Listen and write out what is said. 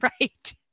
right